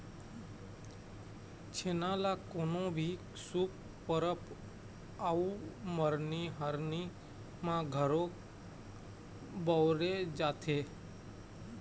छेना ल कोनो भी शुभ परब अउ मरनी हरनी म घलोक बउरे जाथे